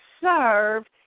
serve